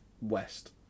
west